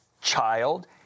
child